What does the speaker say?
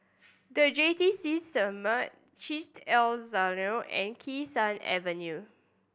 The J T C Summit Chesed El Synagogue and Kee Sun Avenue